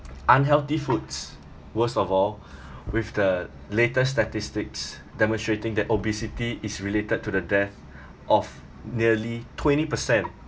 unhealthy foods worst of all with the latest statistics demonstrating that obesity is related to the death of nearly twenty percent